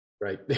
right